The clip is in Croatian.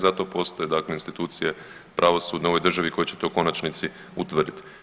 Zato postoje dakle institucije pravosudne u ovoj državi koje će to u konačnici utvrditi.